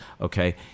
okay